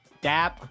dap